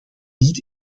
niet